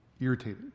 irritated